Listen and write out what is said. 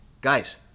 guys